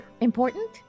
important